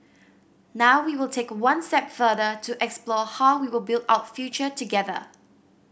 now we will take one step further to explore how we will build out future together